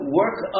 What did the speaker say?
work